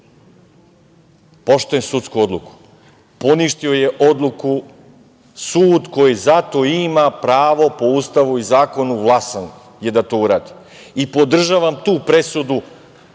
Poštujem sudsku odluku, poništio je odluku sud koji za to ima pravo po Ustavu i zakonu vlastan je da to uradi i podržavam tu presudu,